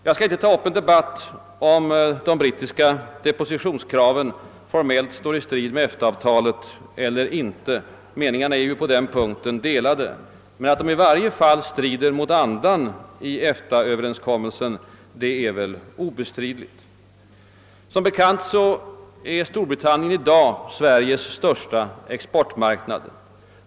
Jag skall inte ta upp en debatt om huruvida de brittiska depositionskraven formellt står i strid med EFTA-avtalet eller inte — meningarna är ju delade på den punkten. Att de i varje fall strider mot andan i EFTA-överenskommelsen är väl obestridligt. Som bekant är Storbritannien i dag Sveriges största exportmarknad.